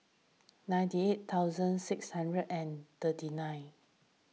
ninety eight thousand six hundred and thirty nine